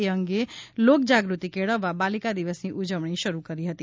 એ અંગે લોકજાગૃતિ કેળવવા બાલિકા દિવસની ઉજવણી શરૂ કરી હતી